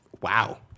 wow